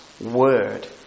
word